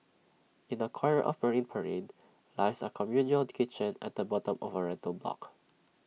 in A corner of marine parade lies A communal kitchen at the bottom of A rental block